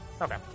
Okay